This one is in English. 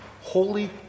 holy